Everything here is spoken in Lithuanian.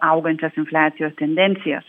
augančios infliacijos tendencijas